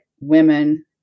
women